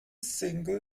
single